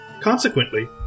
Consequently